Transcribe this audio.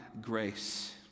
grace